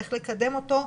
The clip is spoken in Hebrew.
איך לקדם אותו,